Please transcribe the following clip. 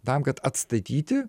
tam kad atstatyti